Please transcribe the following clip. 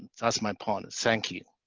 that's my point, thank you,